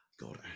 God